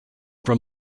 from